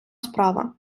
справа